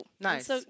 Nice